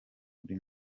kuri